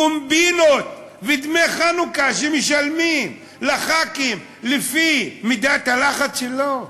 קומבינות ודמי חנוכה שמשלמים לחבר כנסת לפי מידת הלחץ שלו.